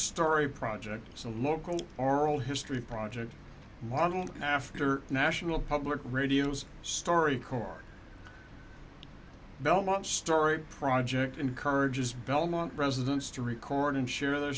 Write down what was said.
story project is a local oral history project modeled after national public radio's story corps belmont story project encourages belmont residents to record and share their